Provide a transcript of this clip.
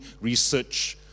research